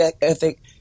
ethic